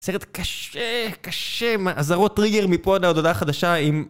סרט קשה, קשה, מה? אז הוא טריגר מפה להודעה חדשה עם...